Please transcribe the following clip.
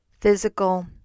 Physical